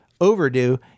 overdue